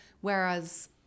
whereas